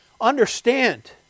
Understand